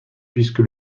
puisque